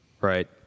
right